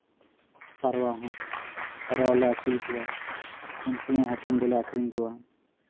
ᱯᱟᱨᱣᱟ ᱦᱚᱸ ᱯᱟᱨᱣᱟ ᱞᱮ ᱟᱹᱥᱩᱞ ᱠᱚᱣᱟ ᱩᱱᱠᱩ ᱦᱚᱸ ᱦᱚᱯᱚᱱ ᱫᱚᱞᱮ ᱟᱠᱷᱨᱤᱧ ᱠᱚᱣᱟ